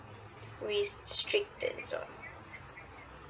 restricted zone